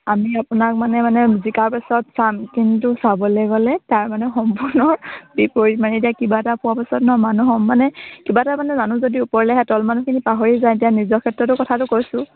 আমি আপোনাক মানে মানে জিকাৰ পাছত চাম কিন্তু চাবলৈ গ'লে তাৰমানে সম্পূৰ্ণ বিপৰীত মানে এতিয়া কিবা এটা পোৱাৰ পাছত ন মানুহৰ মানে কিবা এটা মানে জানো যদি ওপৰলেহে আহে তল মানুহখিনি পাহৰি যায় এতিয়া নিজৰ ক্ষেত্ৰতো কথাটো কৈছোঁ